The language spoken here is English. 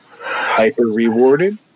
hyper-rewarded